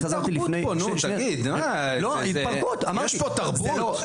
יש פה תרבות?